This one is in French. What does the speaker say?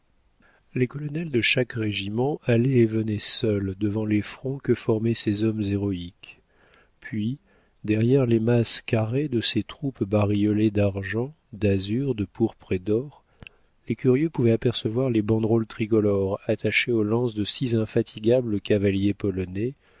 les colonels de chaque régiment allaient et venaient seuls devant les fronts que formaient ces hommes héroïques puis derrière les masses carrées de ces troupes bariolées d'argent d'azur de pourpre et d'or les curieux pouvaient apercevoir les banderoles tricolores attachées aux lances de six infatigables cavaliers polonais